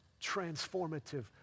transformative